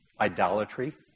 Idolatry